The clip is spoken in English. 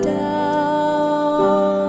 down